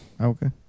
Okay